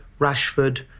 Rashford